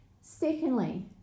Secondly